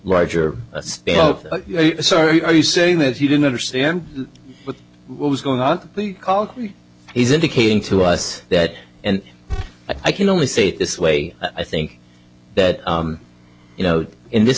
larger standoff sorry are you saying that you didn't understand what was going on he called he's indicating to us that and i can only say it this way i think that you know in this